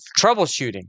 troubleshooting